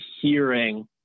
hearing